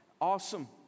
awesome